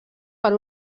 per